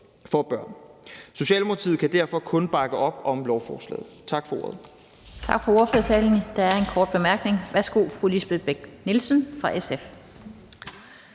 Socialdemokratiet kan derfor kun bakke op om lovforslaget.